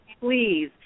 please